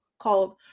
called